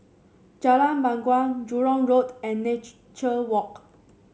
Jalan Bangau Jurong Road and Nature Walk